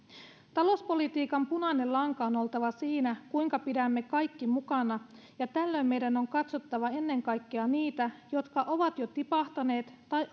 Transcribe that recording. talouspolitiikan punainen lanka on oltava siinä kuinka pidämme kaikki mukana ja tällöin meidän on katsottava ennen kaikkea niitä jotka ovat jo tipahtaneet tai